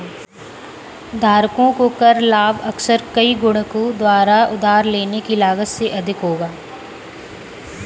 धारकों को कर लाभ अक्सर कई गुणकों द्वारा उधार लेने की लागत से अधिक होगा